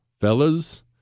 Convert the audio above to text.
fellas